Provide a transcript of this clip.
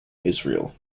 israel